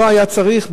לא היה צורך,